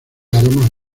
aromas